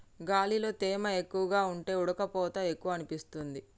గాలిలో తేమ ఎక్కువగా ఉంటే ఉడుకపోత ఎక్కువనిపిస్తుంది